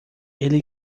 ele